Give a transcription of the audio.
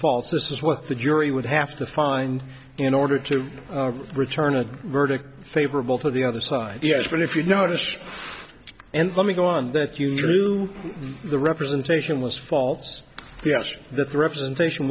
false this is what the jury would have to find in order to return a verdict favorable to the other side yes but if you notice and let me go on that you drew the representation was false yes that the representation